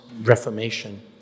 reformation